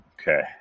Okay